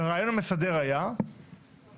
והרעיון המסדר היה שמטילים,